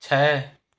छ